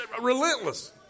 relentless